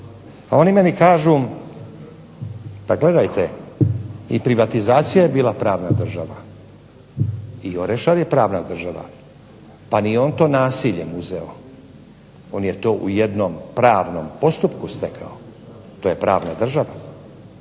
oni meni kažu da gledajte i privatizacija je bila pravna država i Orešar je pravna država, pa nije on to nasiljem uzeo, on je to u jednom pravnom postupku stekao. To je pravna država.